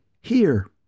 Here